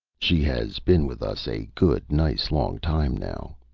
she has been with us a good nice long time, now.